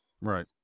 Right